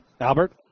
Albert